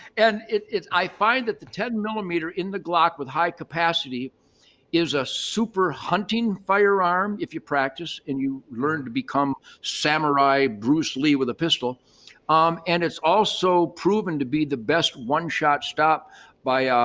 and it, i find that the ten millimeter in the glock with high capacity is a super hunting firearm if you practice and you learn to become samurai bruce lee with a pistol um and it's also proven to be the best one-shot stop by ah